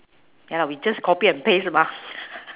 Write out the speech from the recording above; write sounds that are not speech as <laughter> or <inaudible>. ya lah we just copy and paste mah <laughs>